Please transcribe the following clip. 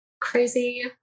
crazy